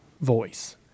voice